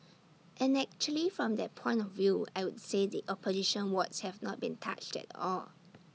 and actually from that point of view I would say the opposition wards have not been touched at all